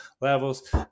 levels